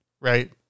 right